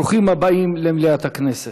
ברוכים הבאים למליאת הכנסת.